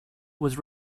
was